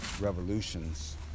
Revolutions